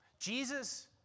Jesus